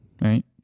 right